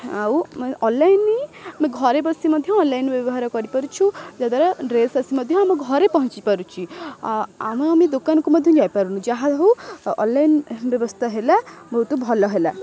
ଆଉ ମାନେ ଅନଲାଇନ୍ ଆମେ ଘରେ ବସି ମଧ୍ୟ ଅନଲାଇନ୍ ବ୍ୟବହାର କରିପାରୁଛୁ ଯାହାଦ୍ୱାରା ଡ୍ରେସ୍ ଆସି ମଧ୍ୟ ଆମ ଘରେ ପହଞ୍ଚି ପାରୁଛି ଆମେ ଆମେ ଦୋକାନକୁ ମଧ୍ୟ ଯାଇପାରୁନୁ ଯାହା ହଉ ଅନଲାଇନ୍ ବ୍ୟବସ୍ଥା ହେଲା ବହୁତ ଭଲ ହେଲା